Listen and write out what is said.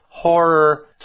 horror